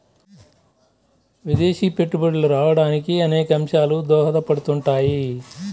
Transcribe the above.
విదేశీ పెట్టుబడులు రావడానికి అనేక అంశాలు దోహదపడుతుంటాయి